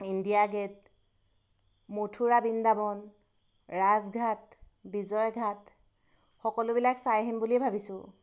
India Gate Mathura Vrindavan Rajghat Vijayghat সকলোবিলাক চাই আহিম বুলিয়ে ভাবিছোঁ